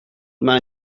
man